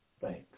Thanks